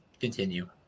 continue